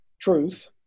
truth